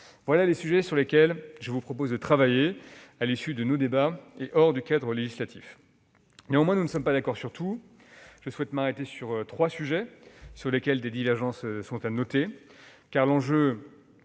Voilà les sujets sur lesquels je vous propose de travailler, à l'issue de nos débats et hors cadre législatif. Néanmoins, nous ne sommes pas d'accord sur tout. Je souhaite m'arrêter sur trois sujets, sur lesquels des divergences sont à noter. Car l'enjeu